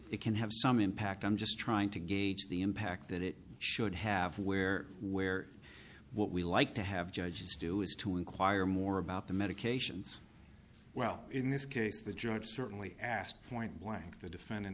it can have some impact i'm just trying to gauge the impact that it should have where where what we like to have judges do is to inquire more about the medications well in this case the judge certainly asked point blank the defendant